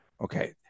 Okay